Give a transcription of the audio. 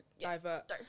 divert